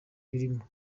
birimo